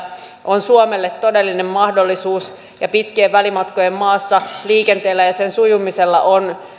on suomelle todellinen mahdollisuus ja pitkien välimatkojen maassa liikenteellä ja sen sujumisella on